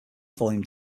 volume